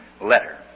letter